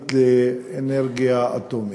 הבין-לאומית לאנרגיה אטומית.